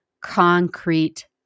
concrete